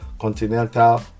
continental